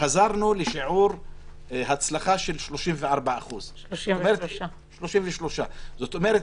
חזרנו לשיעור הצלחה של 34%. 33%. 33%. זאת אומרת,